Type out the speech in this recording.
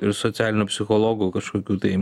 ir socialinių psichologų kažkokių tai